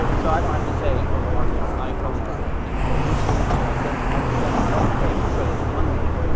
so so i don't have to say, are they on iphone? are they on android? which link should i send them? i just send them one page, so that's one link.